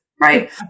right